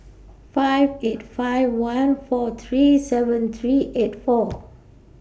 five eight five one four three seven three eight four